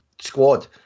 Squad